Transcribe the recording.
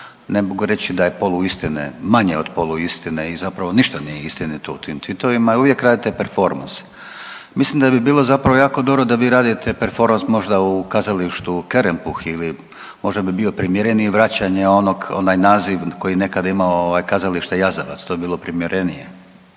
ne mogu reći da je poluistine, manje od poluistine i zapravo ništa nije istinito u tim tvitovima i uvijek radite performans. Mislim da bi bilo zapravo jako dobro da vi radite performans možda u kazalištu Kerempuh ili možda bi bio primjereniji vraćanje onog, onaj naziv koji je nekad imao ovaj kazalište Jazavac to bi bilo primjerenije.